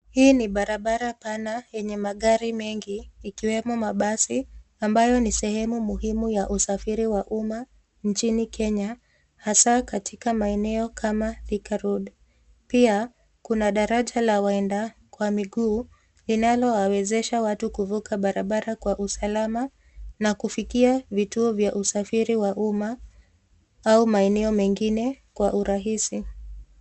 Hii ni barabara pana yenye magari mengi ikiwemo mabasi ambayo ni sehemu muhimu ya usafiri ya umma nchini Kenya hasa katika maeneo kama Thika Road. Pia kuna daraja la waenda kwa miguu inalowawezesha watu kuvuka barabara kwa usalama a kufikia vituo vya usafiri wa umma au maeneo mengine kwa urahisi.